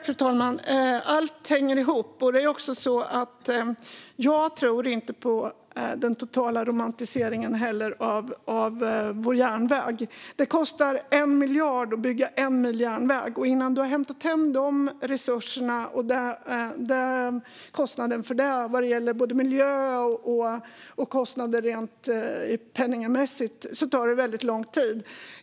Fru talman! Allt hänger ihop. Jag tror inte på den totala romantiseringen av vår järnväg; det kostar 1 miljard att bygga en mil järnväg, och det tar väldigt lång tid innan du har hämtat hem de resurserna och kostnaderna, både pengamässigt och vad gäller miljön.